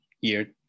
year